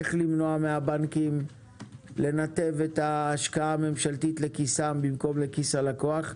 איך למנוע מהבנקים לנתב את ההשקעה הממשלתית לכיסם במקום לכיס הלקוח,